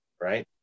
right